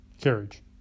Carriage